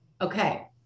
okay